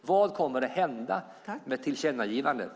Vad kommer att hända med tillkännagivandet?